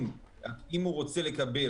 אם הוא רוצה לקבל,